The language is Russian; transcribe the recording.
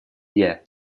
дня